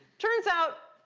turns out,